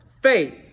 faith